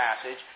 passage